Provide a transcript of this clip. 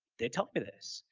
they tell me this.